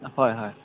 হয় হয়